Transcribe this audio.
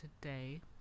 today